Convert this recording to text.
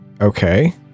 okay